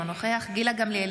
אינו נוכח גילה גמליאל,